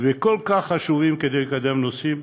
ושהם כל כך חשובים כדי לקדם נושאים,